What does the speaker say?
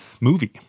movie